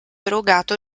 erogato